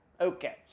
Okay